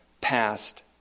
past